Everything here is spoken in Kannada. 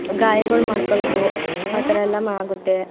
ಗಾಯಗಳು ಮಾಡ್ಕೊಳ್ಳೋದು ಆ ಥರಯೆಲ್ಲ ಮಾ ಆಗುತ್ತೆ